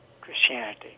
Christianity